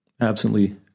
Absently